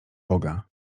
boga